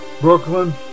Brooklyn